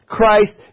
Christ